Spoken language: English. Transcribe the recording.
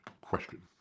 question